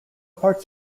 parts